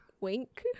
Wink